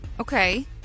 Okay